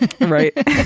Right